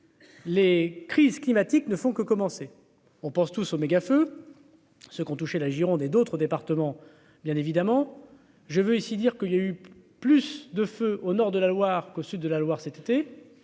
les crises climatiques ne font que commencer, on pense tous au méga feu ce qu'ont touché la Gironde et d'autres départements bien évidemment. Je veux ici dire que il y a eu plus de feu au nord de la Loire qu'au sud de la Loire cet été